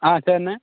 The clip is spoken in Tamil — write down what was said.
ஆ சரிண்ணே